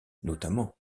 notamment